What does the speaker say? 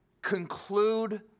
conclude